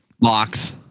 Locks